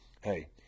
Hey